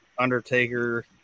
Undertaker